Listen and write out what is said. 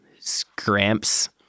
Scramps